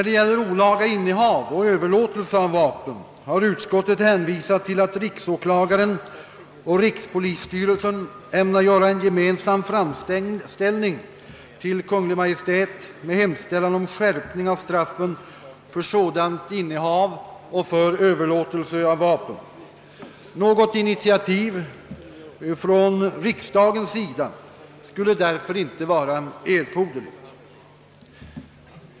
Beträffande olaga innehav och överlåtelse av vapen har utskottet hänvisat till att riksåklagaren och rikspolisstyrelsen ämnar göra en gemensam framställning till Kungl. Maj:t med hemställan om skärpning av straffet för sådant innehav och för överlåtelse av vapen: Något initiativ från riksdagens sida skulle därför inte vara erforderligt.